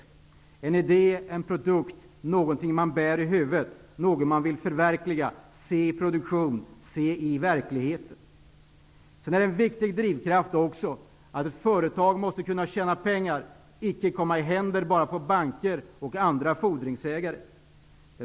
Det är en idé eller en produkt som man bär med sig i huvudet och vill förverkliga i produktionen. En annan viktig drivkraft är att företag måste kunna tjäna pengar och icke enbart komma i händerna på banker och andra fordringsägare.